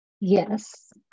Yes